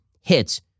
hits